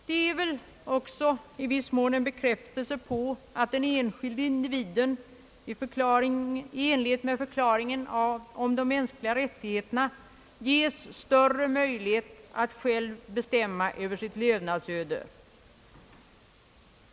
Det är väl också i viss mån en bekräftelse på att den enskilde individen i enlighet med förklaringen om de mänskliga rättigheterna ges större möjlighet att själv bestämma över sitt levnadsöde.